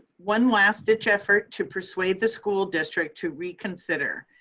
one last ditch effort to persuade the school district to reconsider.